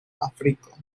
afriko